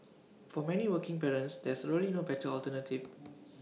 for many working parents there's really no better alternative